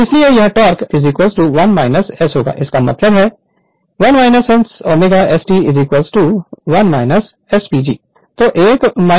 इसलिए यह टोक 1 S इसका मतलब है 1 S ω S T 1 S PG